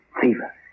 fever